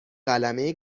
قلمه